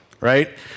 right